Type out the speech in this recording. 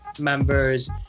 members